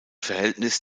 verhältnis